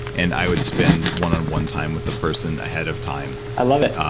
and i would spend one on one time with the person ahead of time i love it